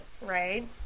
right